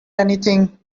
anything